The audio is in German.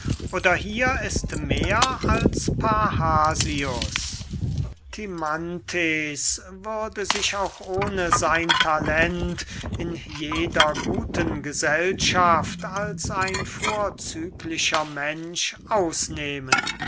oder hier ist mehr als parrhasius timanthes würde sich auch ohne sein talent in jeder guten gesellschaft als ein vorzüglicher mensch ausnehmen